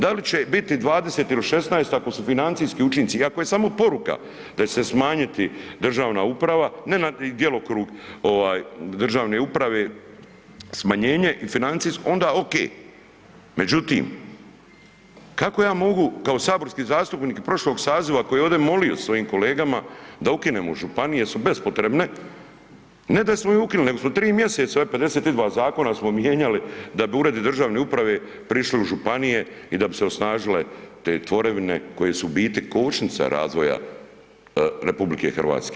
Da li će ih biti 20 ili 16 ako su financijski učinci i ako je samo poruka da će se smanjiti državna uprava, ne na djelokrug ovaj državne uprave smanjenje financijsko onda ok, međutim kako ja mogu kao saborski zastupnik prošlog saziva koji je ovdje molio sa svojim kolegama da ukinemo županije jer su bespotrebne ne da smo ih ukinuli nego smo 3 mjeseca, 52 zakona smo mijenjali da bi uredi državne uprave prišli u županije i da bi se osnažile te tvorevine koje su u biti kočnica razvoja RH.